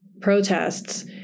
protests